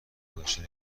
گذشتن